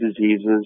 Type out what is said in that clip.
diseases